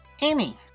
Amy